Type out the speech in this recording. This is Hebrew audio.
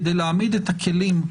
כדי להעמיד את הכלים,